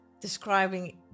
Describing